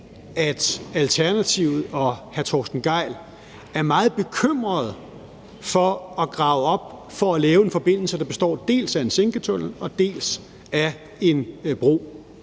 at Alternativet og hr. Torsten Gejl er meget bekymrede for, at man graver op for at lave en forbindelse, der består dels af en sænketunnel, dels af en bro,